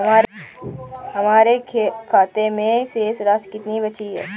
हमारे खाते में शेष राशि कितनी बची है?